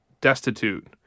destitute